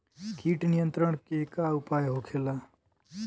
कीट नियंत्रण के का उपाय होखेला?